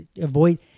Avoid